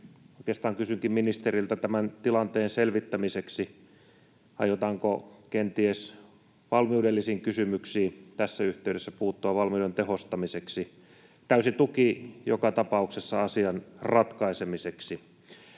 oikeastaan kysynkin ministeriltä: aiotaanko tämän tilanteen selvittämiseksi kenties valmiudellisin kysymyksin tässä yhteydessä puuttua valmiuden tehostamiseksi? Täysi tuki joka tapauksessa asian ratkaisemiseksi.